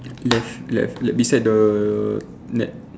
left left like beside the net